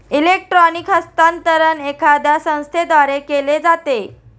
electronic हस्तांतरण एखाद्या संस्थेद्वारे केले जाते